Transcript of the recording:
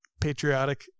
patriotic